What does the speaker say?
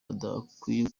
adakwiriye